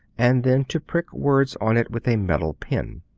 and then to prick words on it with a metal pen.